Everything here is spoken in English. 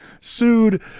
sued